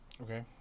Okay